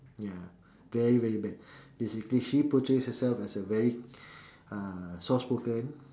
ya very very bad basically she portrays herself as a very uh soft spoken